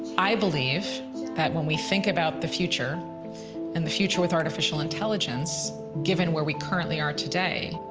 i believe that when we think about the future and the future with artificial intelligence, given where we currently are today,